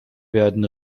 werden